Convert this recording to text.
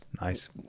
nice